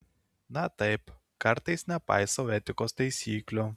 na taip kartais nepaisau etikos taisyklių